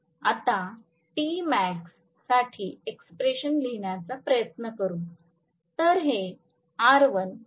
आता Temax साठी expression लिहिण्याचा प्रयत्न करू